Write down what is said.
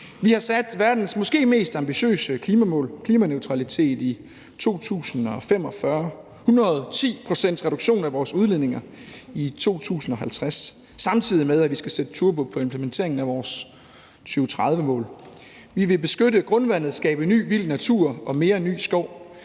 Vi har sat verdens måske mest ambitiøse klimamål med klimaneutralitet i 2045 og 110 pct.s reduktion af vores udledninger i 2050, samtidig med at vi skal sætte turbo på implementeringen af vores 2030-mål. Vi vil beskytte grundvandet, skabe ny vild natur og mere ny skov,